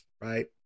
right